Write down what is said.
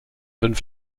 fünf